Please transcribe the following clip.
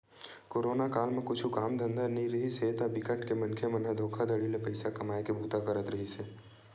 corona काल म कुछु काम धंधा नइ रिहिस हे ता बिकट के मनखे मन ह धोखाघड़ी ले पइसा कमाए के बूता करत रिहिस हे